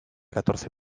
catorce